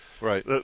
Right